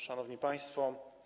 Szanowni Państwo!